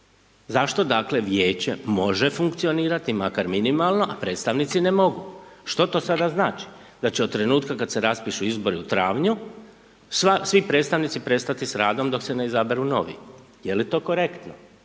Zašto, dakle, vijeće može funkcionirati, makar minimalno, a predstavnici ne mogu? Što to sada znači? Da će od trenutka kad se raspišu izbori u travnju, svi predstavnici prestati s radom dok se ne izaberu novi, je li to korektno?